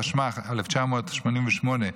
התשמ"ח 1988,